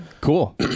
Cool